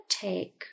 take